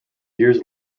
years